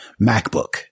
MacBook